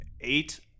eight